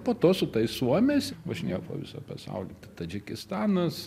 po to su tais suomiais važinėjau po visą pasaulį tadžikistanas